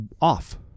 off